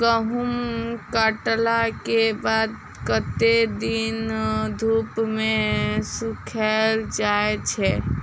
गहूम कटला केँ बाद कत्ते दिन धूप मे सूखैल जाय छै?